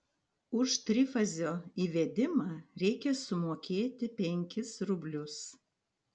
už trifazio įvedimą reikia sumokėti penkis rublius